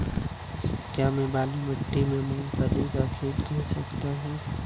क्या मैं बालू मिट्टी में मूंगफली की खेती कर सकता हूँ?